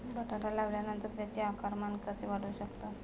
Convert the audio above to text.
बटाटा लावल्यानंतर त्याचे आकारमान कसे वाढवू शकतो?